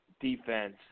defense